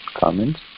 comments